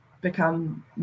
become